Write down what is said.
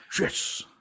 Yes